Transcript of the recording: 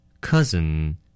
Cousin